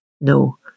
No